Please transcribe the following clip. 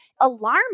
alarm